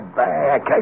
back